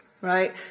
right